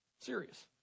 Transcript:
Serious